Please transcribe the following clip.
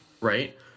Right